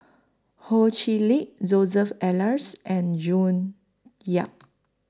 Ho Chee Lick Joseph Elias and June Yap